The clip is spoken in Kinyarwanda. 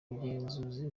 bugenzuzi